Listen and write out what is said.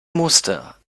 muster